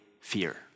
fear